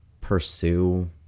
pursue